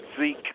Zeke